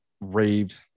raved